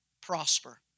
prosper